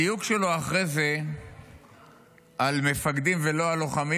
הדיוק שלו אחרי זה על מפקדים ולא על לוחמים,